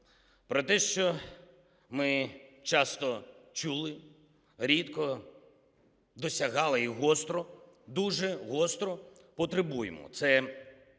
про те, що ми часто чули, рідко досягали і гостро, дуже гостро, потребуємо